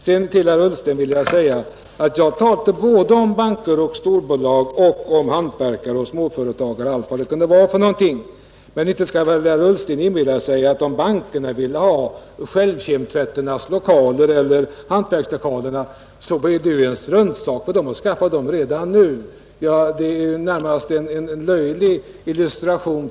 Sedan vill jag säga till herr Ullsten att jag talade om såväl banker och storbolag som om hantverkare och småföretagare. Om bankerna vill ha självkemtvätteriernas lokaler eller en hantverkslokal, så är det ju en struntsak att skaffa de lokalerna redan nu. Herr Ullsten skall inte inbilla sig något annat.